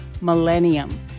millennium